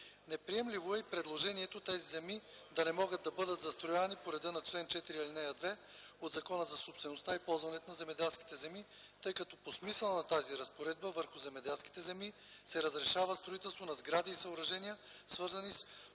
Неприемливо е и предложението тези земи да не могат да бъдат застроявани по реда на чл. 4, ал. 2 от Закона за собствеността и ползването на земеделските земи, тъй като по смисъла на тази разпоредба върху земеделските земи се разрешава строителство на сгради и съоръжения, свързани с